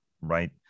right